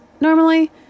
normally